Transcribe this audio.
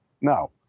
No